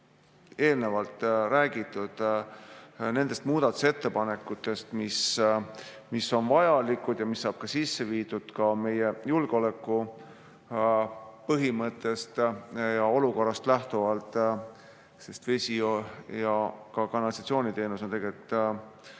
eelnevalt räägitud nendest muudatusettepanekutest, mis on vajalikud ja mis saavad sisse viidud meie julgeoleku põhimõtetest ja olukorrast lähtuvalt. Sest vesi ja kanalisatsiooniteenus on tegelikult